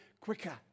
quicker